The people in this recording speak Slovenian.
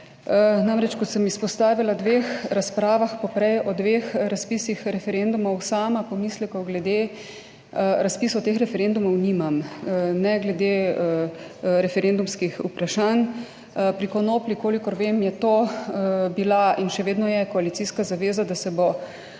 Namreč, kot sem izpostavila v dveh razpravah poprej o dveh razpisih referendumov sama pomislekov glede razpisov teh referendumov nimam. Ne glede referendumskih vprašanj. Pri konoplji kolikor vem, je to bila in še vedno je koalicijska zaveza, da se bo